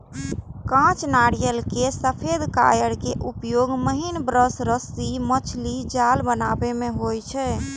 कांच नारियल केर सफेद कॉयर के उपयोग महीन ब्रश, रस्सी, मछलीक जाल बनाबै मे होइ छै